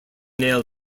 nail